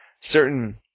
certain